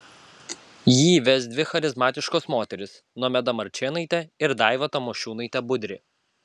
jį ves dvi charizmatiškos moterys nomeda marčėnaitė ir daiva tamošiūnaitė budrė